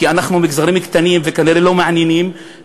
כי אנחנו מגזרים קטנים וכנראה לא מעניינים.